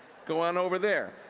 go on over there.